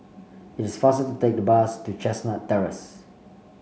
it is faster to take the bus to Chestnut Terrace